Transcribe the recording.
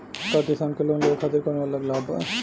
का किसान के लोन लेवे खातिर कौनो अलग लाभ बा?